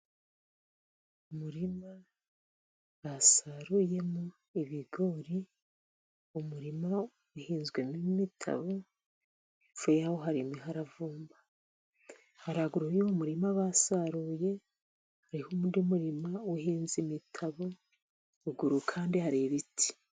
Umurima basaruyemo ibigori, umurima uhinzwemo imitabo hepfo yaho hari imiravumba. Haruguru y'uwo murima basaruye hariho undi murima uhinze imitabo. Haruguru kandi, hari ibiti.